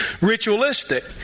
ritualistic